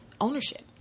ownership